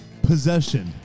possession